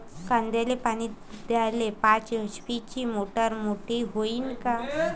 कांद्याले पानी द्याले पाच एच.पी ची मोटार मोटी व्हईन का?